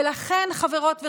ולכן, חברות וחברים,